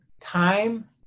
time